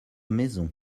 maison